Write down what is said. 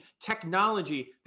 Technology